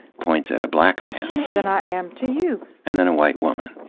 points at a black man, than i am to you and then a white woman.